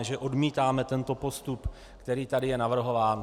Že odmítáme tento postup, který tady je navrhován.